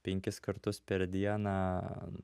penkis kartus per dieną